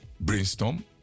brainstorm